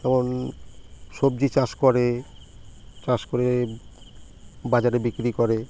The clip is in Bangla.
যেমন সবজি চাষ করে চাষ করে বাজারে বিক্রি করে